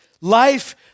Life